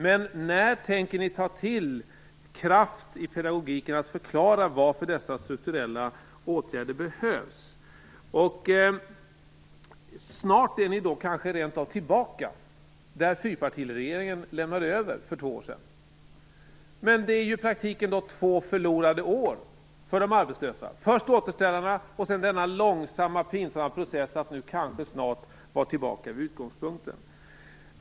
Men när tänker ni ta till kraft i pedagogiken och förklara varför dessa strukturella åtgärder behövs? Snart är ni kanske rent av tillbaka där fyrpartiregeringen lämnade över för två år sedan. Det är då i praktiken två förlorade år för de arbetslösa. Det var först återställarna, och sedan denna långsiktiga, pinsamma process, för att snart kanske vara tillbaka vid utgångspunkten.